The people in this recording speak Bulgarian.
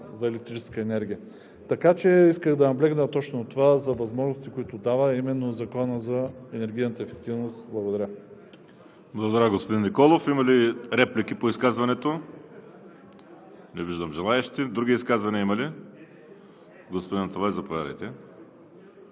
за електрическа енергия. Така че исках да наблегна точно на това – на възможностите, които дава именно Законът за енергийната ефективност. Благодаря. ПРЕДСЕДАТЕЛ ВАЛЕРИ СИМЕОНОВ: Благодаря, господин Николов. Има ли реплики по изказването? Не виждам. Други изказвания има ли? Господин Аталай, заповядайте.